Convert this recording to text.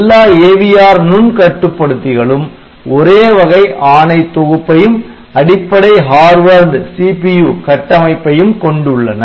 எல்லா AVR நுண் கட்டுப்படுத்திகளும் ஒரே வகை ஆணைத் தொகுப்பையும் அடிப்படை ஹார்வர்டு CPU கட்டமைப்பையும் கொண்டுள்ளன